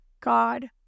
God